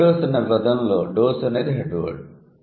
over dose అన్న పదంలో 'dose' అనేది హెడ్ వర్డ్